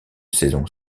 saison